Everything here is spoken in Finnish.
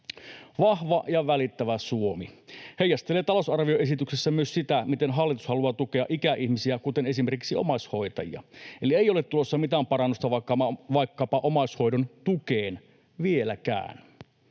”Vahva ja välittävä Suomi” heijastelee talousarvioesityksessä myös sitä, miten hallitus haluaa tukea ikäihmisiä, kuten esimerkiksi omaishoitajia. Eli ei ole tulossa mitään parannusta vaikkapa omaishoidon tukeen — vieläkään.